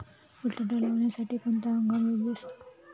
बटाटा लावण्यासाठी कोणता हंगाम योग्य असतो?